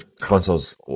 consoles